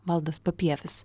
valdas papievis